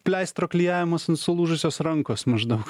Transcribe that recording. pleistro klijavimas ant sulūžusios rankos maždaug